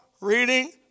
reading